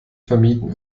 vermieden